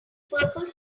purple